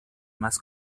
más